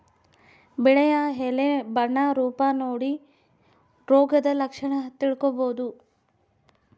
ಬೆಳೆಯ ಎಲೆ ಬಣ್ಣ ರೂಪ ನೋಡಿ ರೋಗದ ಲಕ್ಷಣ ತಿಳ್ಕೋಬೋದು